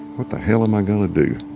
what the hell am i going to do?